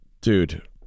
dude